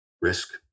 risk